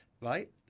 right